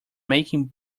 making